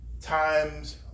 times